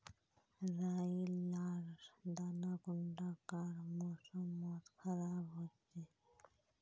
राई लार दाना कुंडा कार मौसम मोत खराब होचए?